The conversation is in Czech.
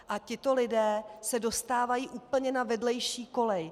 A tito lidé se dostávají úplně na vedlejší kolej.